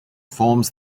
forms